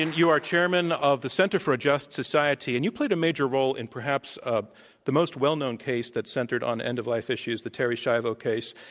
and you are chairman of the center for a just society, and you played a major role in perhaps the most well known case that centered on end-of-life issues, the terri schiavo case,